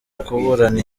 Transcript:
kuburana